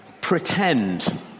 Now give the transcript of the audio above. Pretend